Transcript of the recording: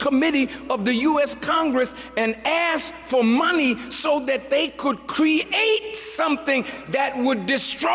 committee of the u s congress and asked for money so that they could create something that would destroy